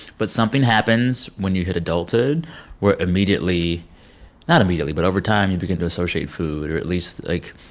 but something happens when you hit adulthood where immediately not immediately but over time, you begin to associate food, or at least, like,